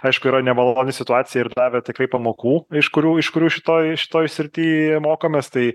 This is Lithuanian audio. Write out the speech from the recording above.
aišku yra nemaloni situacija ir davė tikrai pamokų iš kurių iš kurių šitoj šitoj srity mokomės tai